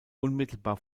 unmittelbar